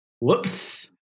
Whoops